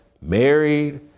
married